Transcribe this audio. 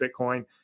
Bitcoin